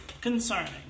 concerning